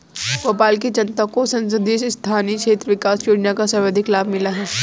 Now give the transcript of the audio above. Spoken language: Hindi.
भोपाल की जनता को सांसद स्थानीय क्षेत्र विकास योजना का सर्वाधिक लाभ मिला है